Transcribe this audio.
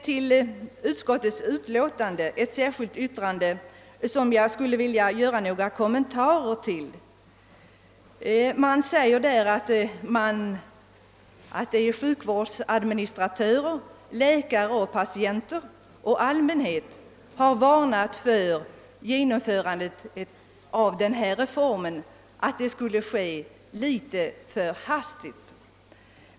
Till utskottets utlåtande är fogat ett särskilt yttrande av fru Hamrin-Thorell och fru Frenkel till vilket jag skulle vilja göra några kommentarer. Det sägs där att »sjukhusadministratörer, läkare, patienter och allmänheten varnat för ett förhastat genomförande av reformen».